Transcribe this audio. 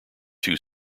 too